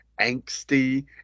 angsty